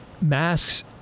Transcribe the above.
masks